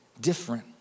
different